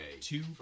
Two